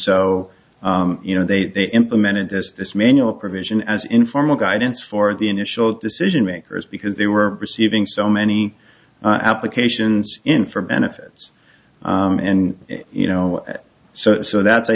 so you know they implemented this manual provision as informal guidance for the initial decision makers because they were receiving so many applications in for benefits and you know so so that's i